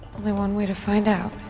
only one way to find out.